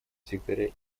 секретаря